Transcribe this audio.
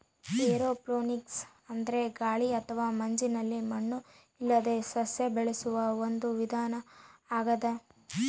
aeroponics ಅಂದ್ರೆ ಗಾಳಿ ಅಥವಾ ಮಂಜಿನಲ್ಲಿ ಮಣ್ಣು ಇಲ್ಲದೇ ಸಸ್ಯ ಬೆಳೆಸುವ ಒಂದು ವಿಧಾನ ಆಗ್ಯಾದ